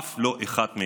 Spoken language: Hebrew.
אף לא אחד מאיתנו.